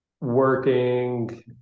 working